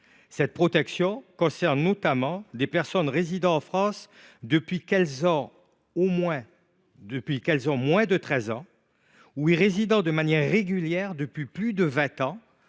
Cette protection concerne notamment des personnes résidant en France avant l’âge de 13 ans, ou y résidant de manière régulière depuis plus de vingt